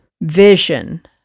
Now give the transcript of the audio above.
vision